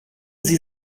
sie